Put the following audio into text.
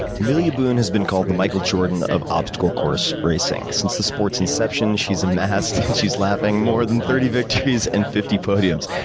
amelia boone has been called the michael jordan of obstacle course racing. since the sports inception she's amassed she's laughing more than thirty victories, and fifty podiums.